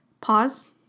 pause